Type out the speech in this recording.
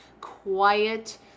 quiet